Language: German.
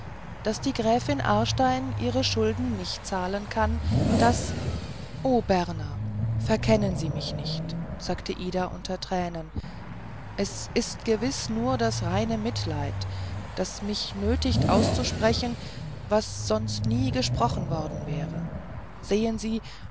daß die gräfin aarstein ihre schulden nicht zahlen kann daß o berner verkennen sie mich nicht sagte ida unter tränen es ist gewiß nur das reine mitleiden was mich nötigt auszusprechen was sonst nie gesprochen worden wäre sehen sie